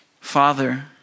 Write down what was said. Father